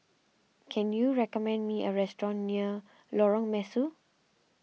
can you recommend me a restaurant near Lorong Mesu